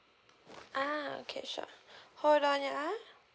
ah okay sure hold on ya